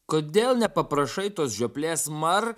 kodėl nepaprašai tos žioplės mar